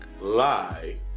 lie